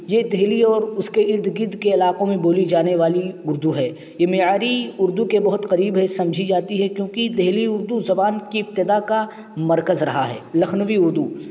یہ دلی اور اس کے ارد گرد کے علاقوں میں بولی جانے والی اردو ہے یہ معیاری اردو کے بہت قریب ہے سمجھی جاتی ہے کیوںکہ دلی اردو زبان کی ابتدا کا مرکز رہا ہے لکھنوی اردو